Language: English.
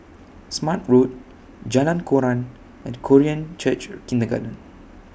Smart Road Jalan Koran and Korean Church Kindergarten